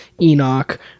Enoch